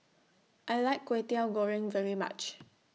I like Kwetiau Goreng very much